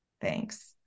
Thanks